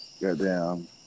Goddamn